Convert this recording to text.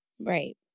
Right